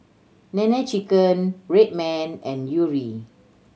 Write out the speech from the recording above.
Nene Chicken Red Man and Yuri